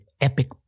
epic